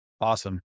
Awesome